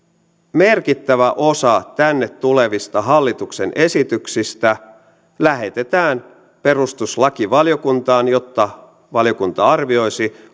merkittävä osa tänne tulevista hallituksen esityksistä lähetetään perustuslakivaliokuntaan jotta valiokunta arvioisi